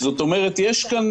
יש כאן